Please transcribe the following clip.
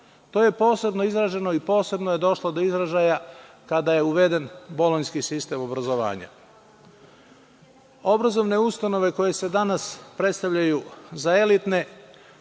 To je posebno izraženo i posebno je došlo do izražaja kada je uveden bolonjski sistem obrazovanja. Obrazovne ustanove koje se danas predstavljaju za elitne